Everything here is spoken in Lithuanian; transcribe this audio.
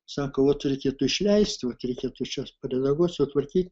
sako vat reikėtų išleisti vat reikėtų čia paredaguot sutvarkyt